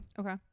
Okay